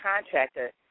contractor